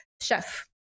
chef